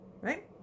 Right